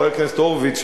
חבר הכנסת הורוביץ,